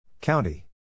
County